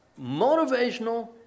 motivational